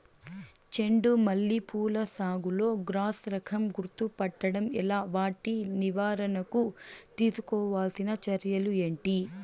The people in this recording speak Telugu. చెండు మల్లి పూల సాగులో క్రాస్ రకం గుర్తుపట్టడం ఎలా? వాటి నివారణకు తీసుకోవాల్సిన చర్యలు ఏంటి?